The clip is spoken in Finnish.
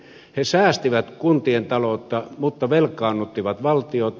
he säästivät kuntien taloutta mutta velkaannuttivat valtiota